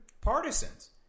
partisans